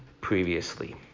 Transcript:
previously